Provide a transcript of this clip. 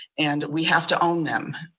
and we have to own them.